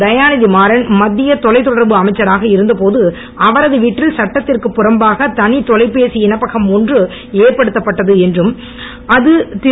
தயாநிதி மாறன் மத்திய தொலை தொடர்பு அமைச்சராக இருந்த போது அவரது வீட்டில் சட்டத்திற்கு புறம்பாக தனி தொலைபேசி இணைப்பகம் ஒன்று ஏற்படுத்தப்பட்டது என்றும் அது திரு